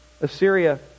Assyria